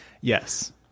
yes